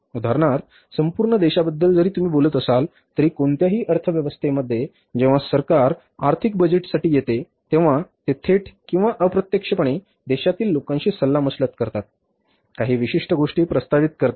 उदाहरणार्थ संपूर्ण देशाबद्दल जरी तुम्ही बोलत असाल तरी कोणत्याही अर्थव्यवस्थेमध्ये जेव्हा सरकार वार्षिक बजेटसाठी येते तेव्हा ते थेट किंवा अप्रत्यक्षपणे देशातील लोकांशी सल्लामसलत करतात काही विशिष्ट गोष्टी प्रस्तावित करतात